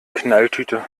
knalltüte